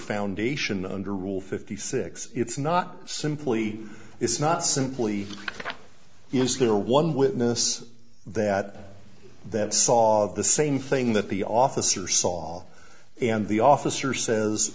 foundation under rule fifty six it's not simply it's not simply use their one witness that that saw the same thing that the officer saw and the officer says